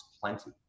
plenty